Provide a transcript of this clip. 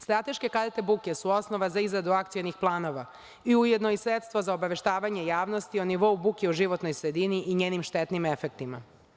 Strateške karte buke su osnova za izradu akcionih planova i ujedno i sredstvo za obaveštavanje javnosti i nivou buke u životnoj sredini i njenim štetnim efektima.